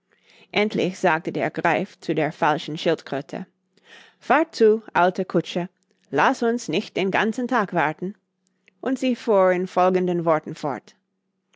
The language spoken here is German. endlich sagte der greif zu der falschen schildkröte fahr zu alte kutsche laß uns nicht den ganzen tag warten und sie fuhr in folgenden worten fort